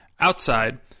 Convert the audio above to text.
outside